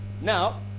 Now